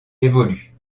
évolue